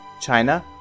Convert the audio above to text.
China